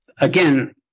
again